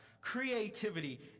creativity